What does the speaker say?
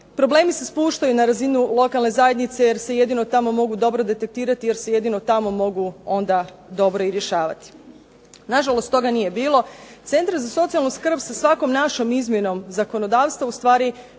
Problemi se spuštaju na razinu lokalne zajednice, jer se jedino tamo mogu dobro detektirati, jer se jedino tamo mogu onda dobro i rješavati. Na žalost toga nije bilo. Centra za socijalnu skrb sa svakom našom izmjenom zakonodavstva dobivaju